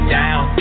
down